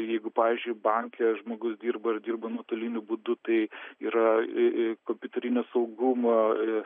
jeigu pavyzdžiui banke žmogus dirba ir dirba nuotoliniu būdu tai yra i i kompiuterinio saugumo ir